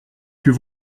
plus